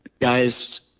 guys